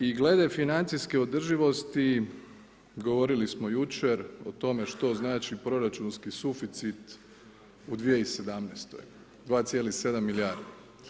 I glede financijske održivosti, govorili smo jučer o tome što znači proračunski suficit u 2017., 2,7 milijardi.